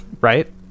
Right